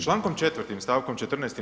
Člankom 4. stavkom 14.